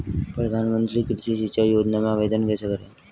प्रधानमंत्री कृषि सिंचाई योजना में आवेदन कैसे करें?